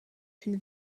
une